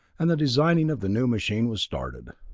and the designing of the new machine was started.